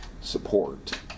support